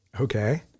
Okay